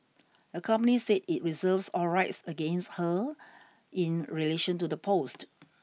the company said it reserves all rights against her in relation to the post